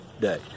day